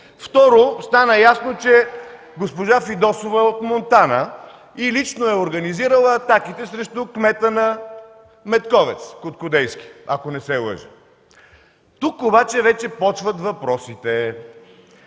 Второ, стана ясно, че госпожа Фидосова е от Монтана и лично е организирала атаките срещу кмета на Медковец – Куткудейски, ако не се лъжа. Тук обаче вече почват въпросите.